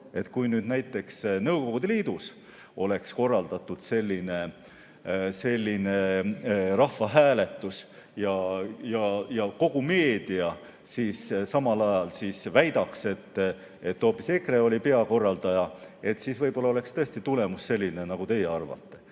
aru. Kui näiteks Nõukogude Liidus oleks korraldatud selline rahvahääletus ja kogu meedia samal ajal oleks väitnud, et hoopis EKRE oli peakorraldaja, siis võib-olla oleks tõesti tulemus tulnud selline, nagu teie arvate.